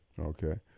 Okay